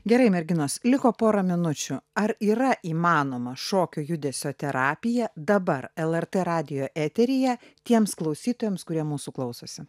gerai merginos liko pora minučių ar yra įmanoma šokio judesio terapija dabar lrt radijo eteryje tiems klausytojams kurie mūsų klausosi